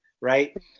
right